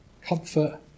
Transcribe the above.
Comfort